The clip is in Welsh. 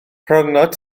rhyngot